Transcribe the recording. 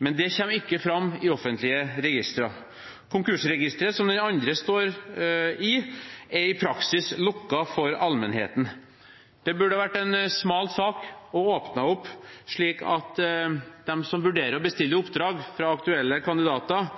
men det kommer ikke fram i offentlige registre. Konkursregisteret, som den andre står i, er i praksis lukket for allmennheten. Det burde ha vært en smal sak å åpne det, slik at de som vurderer å bestille oppdrag fra aktuelle kandidater,